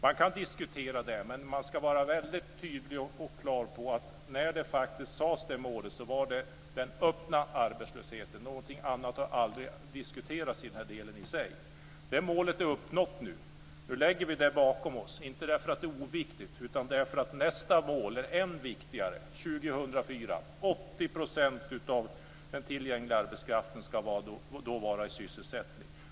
Man kan diskutera det, men man ska vara tydlig och klar över att när målet sattes gällde det den öppna arbetslösheten. Någonting annat har aldrig diskuterats i sig. Det målet har uppnåtts. Nu lägger vi det bakom oss, men inte för att det är oviktigt utan för att nästa mål är än viktigare. År 2004 ska 80 % av den tillgängliga arbetskraften vara i sysselsättning.